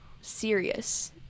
serious